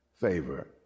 favor